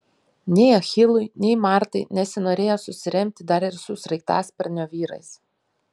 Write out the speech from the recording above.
nei achilui nei martai nesinorėjo susiremti dar ir su sraigtasparnio vyrais